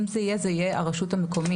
אם זה יהיה, זה יהיה הרשות המקומית.